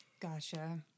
Gotcha